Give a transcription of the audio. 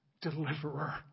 deliverer